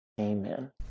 Amen